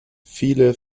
viele